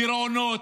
גירעונות,